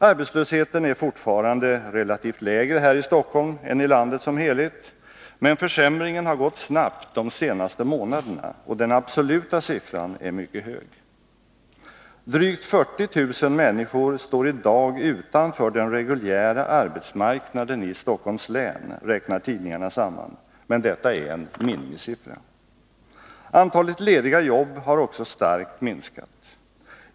Arbetslösheten är fortfarande relativt sett lägre här i Stockholm än i landet som helhet, men försämringen har gått snabbt de senaste månaderna, och den absoluta siffran är mycket hög. Drygt 40 000 människor står i dag utanför den reguljära arbetsmarknaden i Stockholms län, räknar tidningarna samman, men detta är en minimisiffra. Antalet lediga jobb har också starkt minskat.